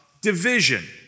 division